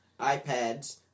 iPads